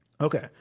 Okay